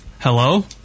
Hello